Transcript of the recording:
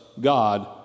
God